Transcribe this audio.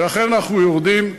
לכן אנחנו יורדים.